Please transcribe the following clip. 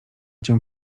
cię